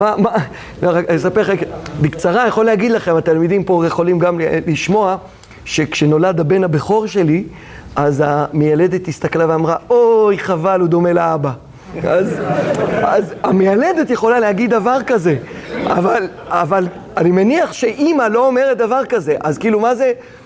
מה, לא רגע, אני אספר לכם... בקצרה, אני יכול להגיד לכם, התלמידים פה יכולים גם לשמוע, שכשנולד הבן הבכור שלי, אז המיילדת הסתכלה ואמרה: אוי, חבל, הוא דומה לאבא. אז המיילדת יכולה להגיד דבר כזה, אבל, אבל אני מניח שאמא לא אומרת דבר כזה. אז כאילו מה זה...